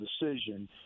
decision